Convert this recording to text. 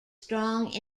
strong